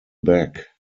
back